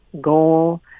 goal